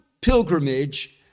pilgrimage